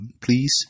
Please